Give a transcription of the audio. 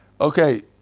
okay